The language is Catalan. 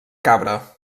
cabra